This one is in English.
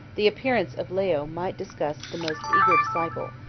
the appearance of leo might disgust the most eager disciple,